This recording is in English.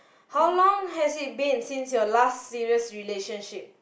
how long has it been since your last serious relationship